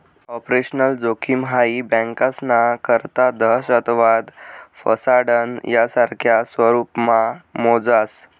operational जोखिम हाई बँकास्ना करता दहशतवाद, फसाडणं, यासारखा स्वरुपमा मोजास